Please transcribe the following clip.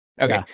Okay